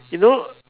you know